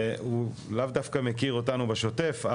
הוא לאו דווקא מכיר אותנו בשותף.